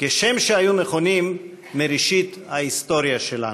כשם שהיו נכונים מראשית ההיסטוריה שלנו.